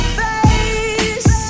face